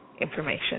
information